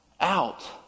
out